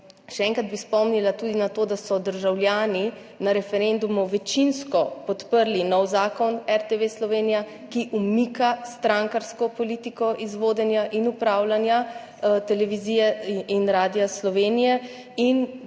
Še enkrat bi spomnila tudi na to, da so državljani na referendumu večinsko podprli nov zakon o RTV Slovenija, ki umika strankarsko politiko iz vodenja in upravljanja Televizije in Radia Slovenija